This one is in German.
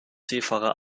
seefahrer